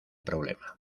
problema